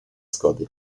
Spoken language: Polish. zgody